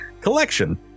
collection